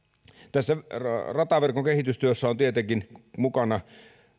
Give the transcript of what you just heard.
tässä rataverkon kehitystyössä on tietenkin mukana